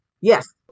yes